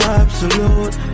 absolute